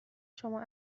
شما